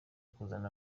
kuzana